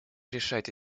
решать